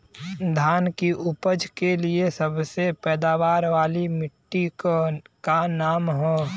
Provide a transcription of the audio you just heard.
धान की उपज के लिए सबसे पैदावार वाली मिट्टी क का नाम ह?